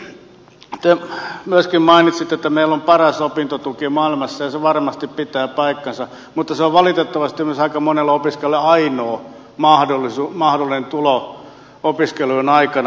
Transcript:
sitten te myöskin mainitsitte että meillä on paras opintotuki maailmassa ja se varmasti pitää paikkansa mutta se on valitettavasti myös aika monella opiskelijalla ainoa mahdollinen tulo opiskeluiden aikana